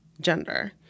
gender